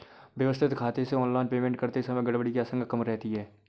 व्यवस्थित खाते से ऑनलाइन पेमेंट करते समय गड़बड़ी की आशंका कम रहती है